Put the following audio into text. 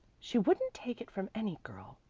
she wouldn't take it from any girl,